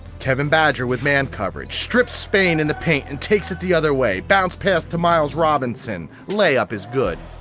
kevin badger with man coverage strips spain in the paint and takes it the other way, bounce pass to miles robinson, lay up is good.